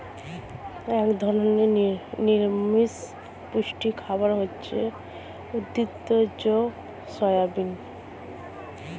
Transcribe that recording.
এক ধরনের নিরামিষ পুষ্টিকর খাবার হচ্ছে উদ্ভিজ্জ সয়াবিন